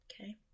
Okay